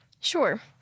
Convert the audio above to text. Sure